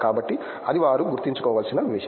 కాబట్టి అది వారు గుర్తుంచుకోవలసిన విషయం